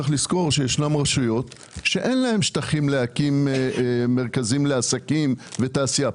צריך לזכור שיש רשויות שאין להן שטחים להקים בהם מרכזים לעסקים ותעשייה.